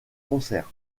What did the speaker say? concert